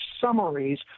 summaries